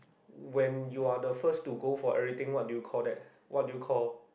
when you are the first to go for everything what do you call that what do you call